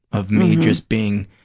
of me just being,